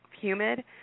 humid